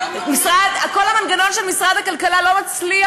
כל המנגנון של משרד הכלכלה לא מצליח